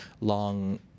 long